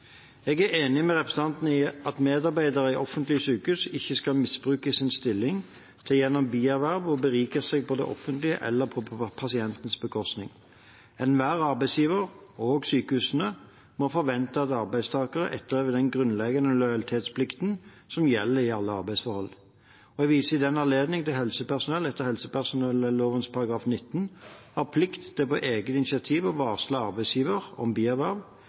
Jeg er enig med representanten i at medarbeidere i offentlige sykehus ikke skal misbruke sin stilling til gjennom bierverv å berike seg på det offentliges eller pasientens bekostning. Enhver arbeidsgiver, også sykehusene, må forvente at arbeidstakere etterlever den grunnleggende lojalitetsplikten som gjelder i alle arbeidsforhold. Jeg viser i den anledning til helsepersonelloven § 19 om plikt til på eget initiativ å varsle arbeidsgiveren om bierverv,